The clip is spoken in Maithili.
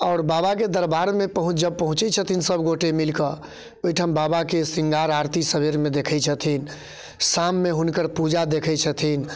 आओर बाबाके दरबारमे पहुँच जब पहुँचैत छथिन सभगोटए मिलकर ओहिठाम बाबाके शृंगार आरती सवेरमे देखैत छथिन शाममे हुनकर पूजा देखैत छथिन